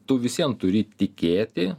tu visiem turi tikėti